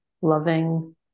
loving